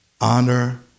honor